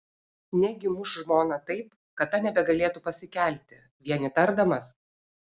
negi muš žmoną taip kad ta nebegalėtų pasikelti vien įtardamas